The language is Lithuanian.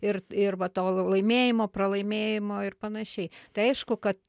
ir ir va to laimėjimo pralaimėjimo ir panašiai tai aišku kad